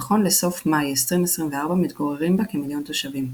נכון לסוף מאי 2024, מתגוררים בה כמיליון תושבים.